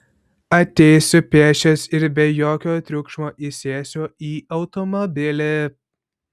ateisiu pėsčias ir be jokio triukšmo įsėsiu į automobilį